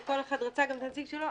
וכל אחד רצה גם את הנציג שלו,